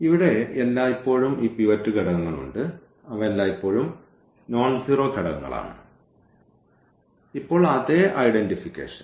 ഇവിടെ എല്ലായ്പ്പോഴും ഈ പിവറ്റ് ഘടകങ്ങൾ ഉണ്ട് അവ എല്ലായ്പ്പോഴും നോൺസീറോ ഘടകങ്ങളാണ് ഇപ്പോൾ അതേ ഐഡന്റിഫിക്കേഷൻ